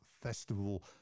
Festival